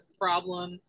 problem